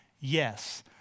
Yes